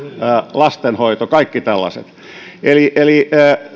lastenhoito kaikki tällaiset eli eli